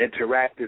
interactive